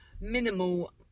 minimal